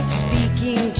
speaking